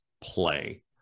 play